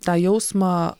tą jausmą